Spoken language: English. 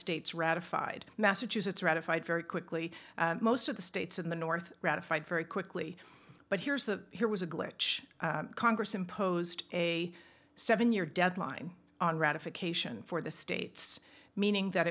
states ratified massachusetts ratified very quickly most of the states in the north ratified very quickly but here's the here was a glitch congress imposed a seven year deadline on ratification for the states meaning that